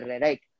right